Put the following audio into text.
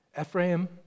Ephraim